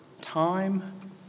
time